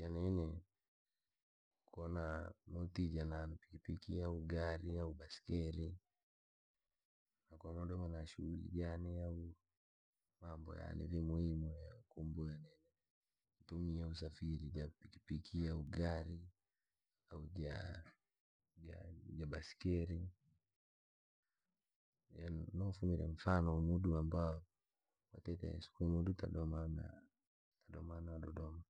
Ja nini ko noo tiija pikipiki au gari na ko nodoma na shughuli jaane mambo yaaneya muhimu ye yuu mbooya ntije pikipiki, gari au jaa baskeri noseinya mfano ambao kwatite sikuimudu nija noodoma na dodoma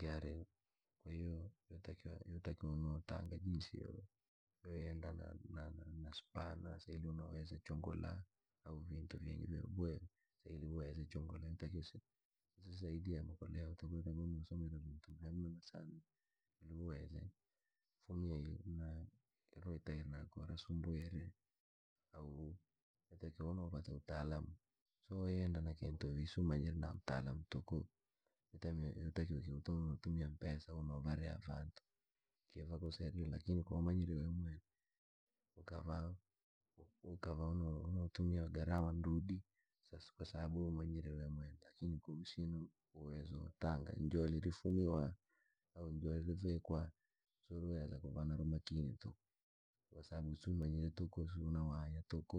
ko yatakiwa nkono tanga jinsi yo yenda na supana ili uweze chungula de uweze reseya tairi au yotakiwa nkonopata utaalam lakini sio unahewa mpesa vii bilana kifunza, madhara yachwe ni riha ki vantu mpesa ki vakusaidire. Lakini koo wamanyire wee mwene ukava neer watumie mpesa kwasababu si umanyire na usina uwezo woofanga kwasababu si umanyire tuko.